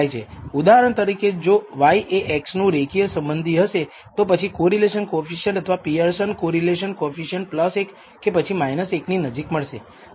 ઉદાહરણ તરીકે જો y એ x નું રેખીય સંબંધી હશે તો પછી કોરિલેશન કોએફિસિએંટ અથવા પિઅરસન કોરિલેશન કોએફિસિએંટ 1 કે પછી 1 ની નજીક મળશે